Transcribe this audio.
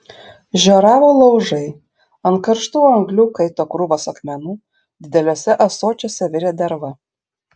žioravo laužai ant karštų anglių kaito krūvos akmenų dideliuose ąsočiuose virė derva